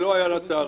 שלא היה לה תאריך,